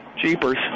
Jeepers